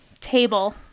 table